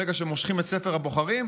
ברגע שמושכים את ספר הבוחרים,